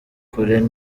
kure